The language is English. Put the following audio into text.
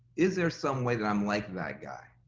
is there some way that i'm like that guy?